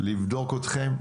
לבדוק אותכם,